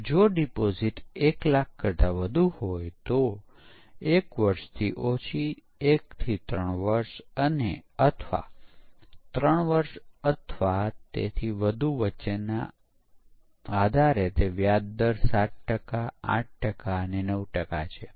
પ્રોગ્રામરે algorithm અને તેના કોડને સમજવામાં ભૂલ કરી હોય પણ તે કોડ સિન્ટેક્ટિકલી યોગ્ય હોય જેમ કે સોર્ટિંગ અલ્ગોરિધમ કોઈ ચોક્કસ ઇનપુટને સોર્ટ ન કરી શકતું હોય